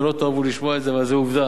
לא תאהבו לשמוע את זה אבל זו עובדה,